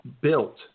built –